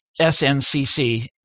SNCC